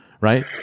right